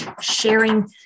sharing